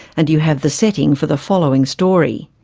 and you have the setting for the following story.